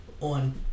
on